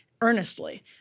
earnestly